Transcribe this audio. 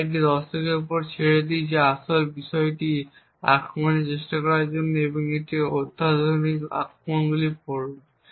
আমরা এটি দর্শকদের উপর ছেড়ে দিই যে আসলে এই বিশেষ আক্রমণটি চেষ্টা করার জন্য এবং এই দিকের অত্যাধুনিক আক্রমণগুলি পড়ুন